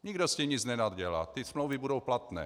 Nikdo s tím nic nenadělá, ty smlouvy budou platné.